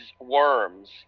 worms